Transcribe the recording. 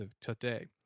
today